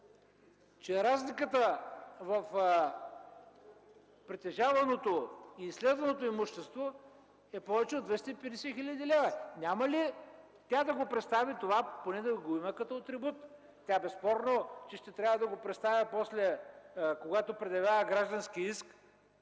че разликата в притежаваното и разследваното имущество е повече от 250 хил.лв.? Няма ли тя да представи това и да го има като атрибут? Безспорно тя ще го представи после, когато предявява граждански иск,